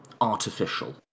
artificial